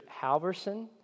Halverson